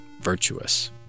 virtuous